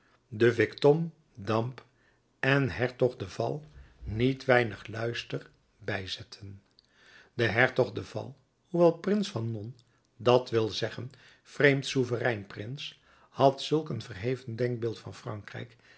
de vicomte damb en de hertog de val niet weinig luister bijzetten de hertog de val hoewel prins van non dat wil zeggen vreemd soeverein prins had zulk een verheven denkbeeld van frankrijk